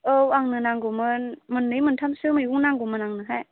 औ आंनो नांगौमोन मोननै मोनथामसो मैगं नांगौमोन आंनोहाय